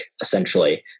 essentially